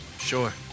Sure